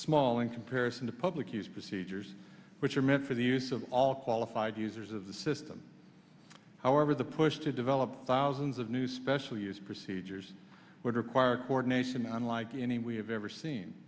small in comparison to public use procedures which are meant for the use of all qualified users of the system however the push to develop thousands of new special use procedures would require coordination unlike any we have ever seen